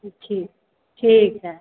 अच्छा ठीक है